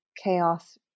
chaos